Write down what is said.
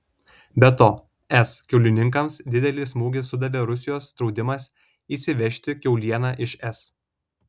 be to es kiaulininkams didelį smūgį sudavė rusijos draudimas įsivežti kiaulieną iš es